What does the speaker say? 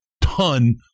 ton